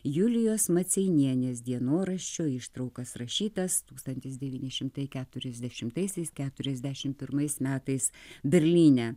julijos maceinienės dienoraščio ištraukas rašytas tūkstantis devyni šimtai keturiasdešimtaisiais keturiasdešimt pirmaisiais metais berlyne